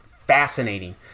fascinating